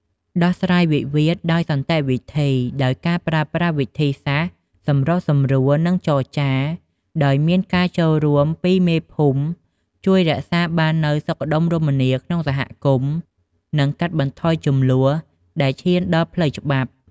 ដោះស្រាយវិវាទដោយសន្តិវិធី ដោយការប្រើប្រាស់វិធីសាស្រ្តសម្រុះសម្រួល និងចរចា ដោយមានការចូលរួមពីមេភូមិ ជួយរក្សាបាននូវសុខដុមរមនាក្នុងសហគមន៍ និងកាត់បន្ថយជម្លោះដែលឈានដល់ផ្លូវច្បាប់។